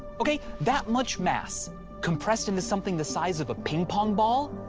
okay, that much mass compressed into something the size of a ping-pong ball,